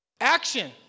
Action